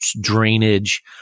drainage